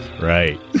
Right